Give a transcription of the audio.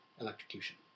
electrocution